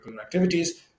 activities